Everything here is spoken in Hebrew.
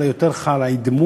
אלא יותר חי על הדימוי,